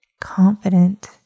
confident